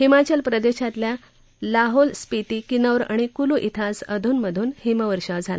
हिमाचल प्रदेशातल्या लाहौल स्पिती किनौर आणि कुलू धिं आज अधूनमधून हिमवर्षाव झाला